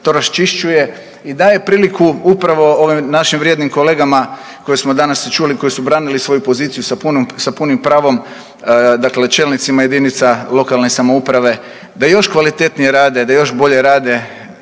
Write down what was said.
to raščišćuje i daje priliku upravo ovim našim vrijednim kolegama koje smo danas čuli, koji su branili svoju poziciju sa punim pravom, dakle čelnicima jedinica lokalne samouprave da još kvalitetnije rade, da još bolje rade